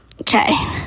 Okay